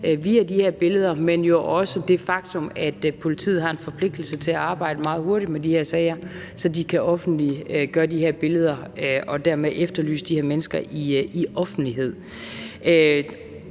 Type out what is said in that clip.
af de her billeder, dels det faktum, at politiet har en forpligtelse til at arbejde meget hurtigt med de her sager, så de kan offentliggøre de her billeder og dermed efterlyse de her mennesker offentligt.